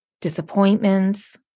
disappointments